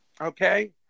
Okay